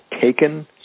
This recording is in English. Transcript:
taken